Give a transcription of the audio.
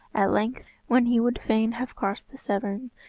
at length, when he would fain have crossed the severn,